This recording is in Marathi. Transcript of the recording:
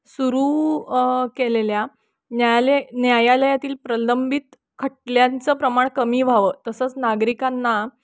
सुरू केलेल्या न्यायालय न्यायालयातील प्रलंबित खटल्यांचं प्रमाण कमी व्हावं तसंच नागरिकांना